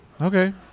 Okay